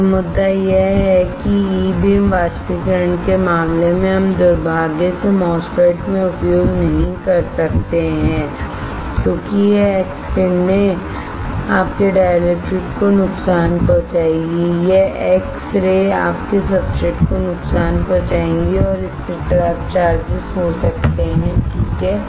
तो मुद्दा यह है कि ई बीम वाष्पीकरण के मामले में हम दुर्भाग्य से MOSFET में उपयोग नहीं कर सकते हैं क्योंकि यह एक्स किरणें आपके डाइलेक्ट्रिक्स को नुकसान पहुंचाएंगी यह एक्स रे आपके सब्सट्रेट को नुकसान पहुंचाएगी और इससे ट्रैप्ड चार्जेस हो सकते हैंठीक है